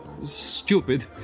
stupid